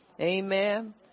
Amen